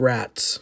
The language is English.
Rats